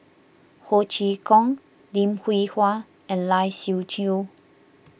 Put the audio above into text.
Ho Chee Kong Lim Hwee Hua and Lai Siu Chiu